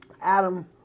Adam